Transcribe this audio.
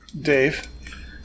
Dave